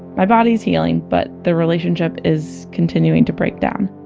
my body is healing, but the relationship is continuing to break down.